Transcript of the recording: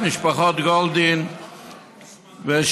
ומשפחות גולדין ושאול,